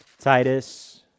Titus